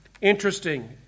interesting